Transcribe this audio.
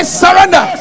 surrender